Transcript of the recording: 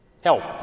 Help